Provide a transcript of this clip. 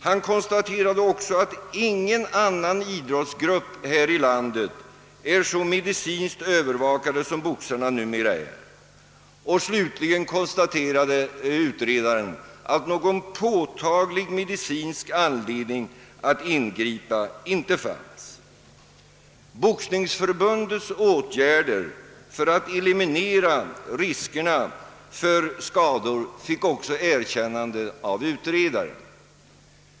Han konstaterade också att ingen annan idrottsgrupp här i landet är medicinskt så övervakade som boxarna numera är. Slutligen kostaterade han att någon påtaglig medicinsk anledning att ingripa inte fanns. Boxningsförbundets åtgärder för att eliminera riskerna för skador fick också erkännande av utredaren.